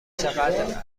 چقدر